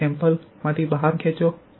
સુધી સેમ્પલ માથી બહાર ખેંચો